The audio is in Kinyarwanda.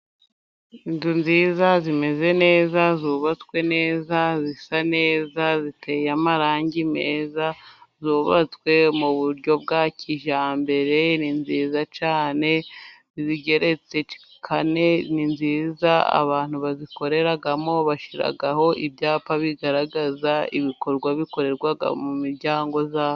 Inzu nziza zimeze neza, zubatswe neza, zisa neza, ziteye amarangi meza, zubatswe mu buryo bwa kijyambere, ni nziza cyane. Izigeretse kane ni nziza, abantu bazikoreramo bashyiraho ibyapa bigaragaza ibikorwa bikorerwa mu miryango yazo.